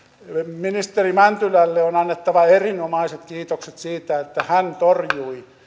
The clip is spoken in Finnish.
ministeri mäntylälle on annettava erinomaiset kiitokset siitä että hän torjui